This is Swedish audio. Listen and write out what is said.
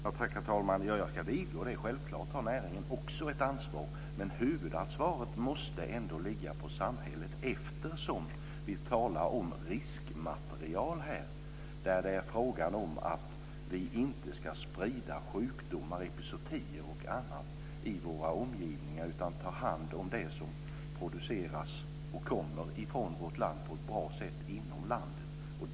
Herr talman! Jag vidgår att näringen självklart också har ett ansvar. Men huvudansvaret måste ligga på samhället eftersom vi talar om riskmaterial. Det är frågan om att vi inte ska sprida sjukdomar, epizootier och annat i våra omgivningar. Vi ska ta hand om det som produceras i vårt land på ett bra sätt inom landet.